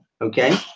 Okay